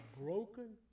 broken